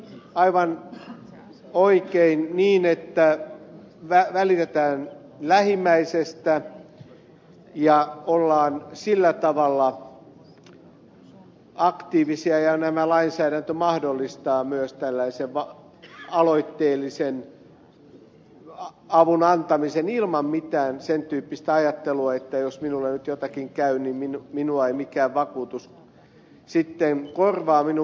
aivan oikein on se että välitetään lähimmäisestä ja ollaan sillä tavalla aktiivisia ja että tämä lainsäädäntö mahdollistaa myös tällaisen aloitteellisen avun antamisen ilman mitään sen tyyppistä ajattelua että jos minulle nyt jotakin käy niin minua ei mikään vakuutus sitten korvaa minun vahinkojani